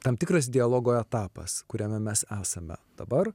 tam tikras dialogo etapas kuriame mes esame dabar